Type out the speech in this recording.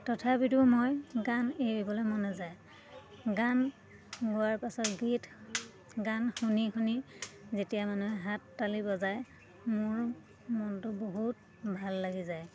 তথাপিতো মই গান এৰিবলৈ মন নাযায় গান গোৱাৰ পাছত গীত গান শুনি শুনি যেতিয়া মানুহে হাত তালি বজায় মোৰ মনটো বহুত ভাল লাগি যায়